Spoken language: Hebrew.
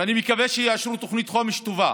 ואני מקווה שיאשרו תוכנית חומש טובה,